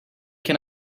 can